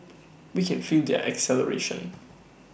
we can feel their exhilaration